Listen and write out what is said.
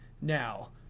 now